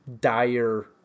dire